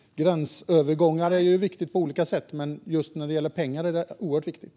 Gränsövergångar är viktiga på olika sätt, men just när det gäller pengar är de oerhört viktiga.